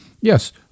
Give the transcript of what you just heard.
Yes